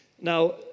Now